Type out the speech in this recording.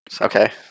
Okay